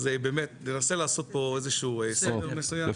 אז ננסה לעשות פה איזה שהוא סדר מסוים.